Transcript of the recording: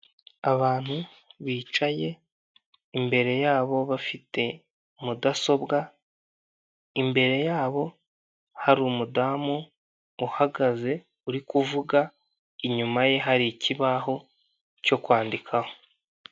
Abantu bicaye imbere yabo imbere yabo bafite mudasobwa, imbere yabo hari umudamu uhagaze urikuvuga, inyuma ye hari ikibaho cyo kwandikaho.